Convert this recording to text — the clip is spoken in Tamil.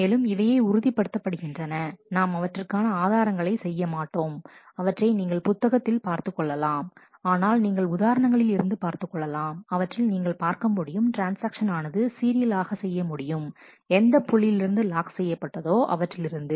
மேலும் இவையே உறுதிப்படுத்த படுகின்றன நாம் அவற்றிற்கான ஆதாரங்களை செய்யமாட்டோம் அவற்றை நீங்கள் புத்தகத்தில் பார்த்துக் கொள்ளலாம் ஆனால் நீங்கள் உதாரணங்களில் இருந்து பார்த்துக்கொள்ளலாம் அவற்றில் நீங்கள் பார்க்க முடியும் ட்ரான்ஸ்ஆக்ஷன் ஆனது சீரியலாக செய்ய முடியும் எந்த புள்ளியிலிருந்து லாக் செய்யப்பட்டதோ அவற்றில் இருந்து